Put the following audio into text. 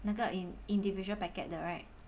那个 in~ individual packet 的 right